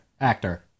actor